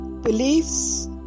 Beliefs